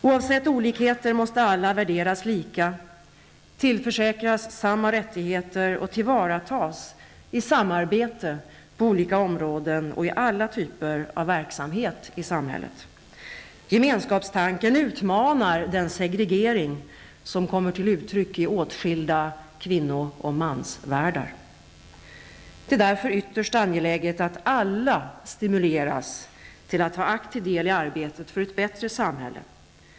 Oavsett olikheter måste alla värderas lika, tillförsäkras samma rättigheter och tillvaratas i samarbete på olika områden och i alla typer av verksamhet i samhället. Gemenskapstanken utmanar den segregering som kommer till uttryck i åtskilda kvinnooch mansvärldar. Det är därför ytterst angeläget att alla stimuleras till att ta aktiv del i arbetet för ett bättre samhälle.